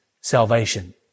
salvation